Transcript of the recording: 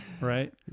right